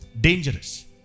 Dangerous